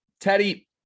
teddy